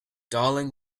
darling